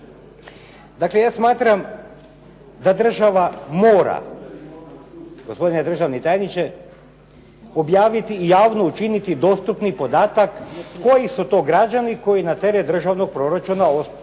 Dakle, ja smatram da država mora gospodine državni tajniče objaviti i javno učiniti dostupni podatak koji su to građani koji na teret državnog proračuna